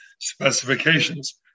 specifications